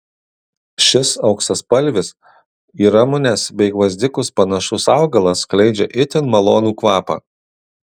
šis auksaspalvis į ramunes bei gvazdikus panašus augalas skleidžia itin malonų kvapą